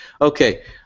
Okay